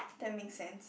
that make sense